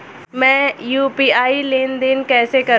मैं यू.पी.आई लेनदेन कैसे करूँ?